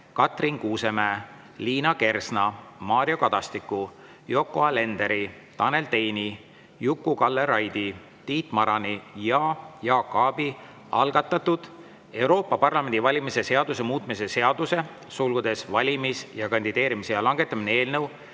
Katrin Kuusemäe, Liina Kersna, Mario Kadastiku, Yoko Alenderi, Tanel Teini, Juku-Kalle Raidi, Tiit Marani ja Jaak Aabi algatatud Euroopa Parlamendi valimise seaduse muutmise seaduse (valimis‑ ja kandideerimisea langetamine) eelnõu